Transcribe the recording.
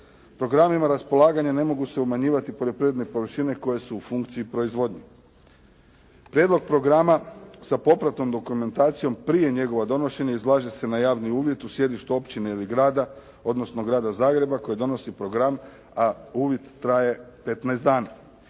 Programima raspolaganja ne mogu se umanjivati poljoprivredne površine koje su u funkciji proizvodnje. Prijedlog programa sa popratnom dokumentacijom prije njegova donošenja izlaže se na javni uvid u sjedištu općine ili grada odnosno Grada Zagreba koji donosi program, a uvid traje 15 dana.